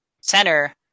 center